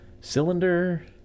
cylinder